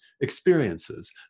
experiences